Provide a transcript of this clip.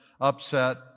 upset